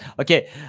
Okay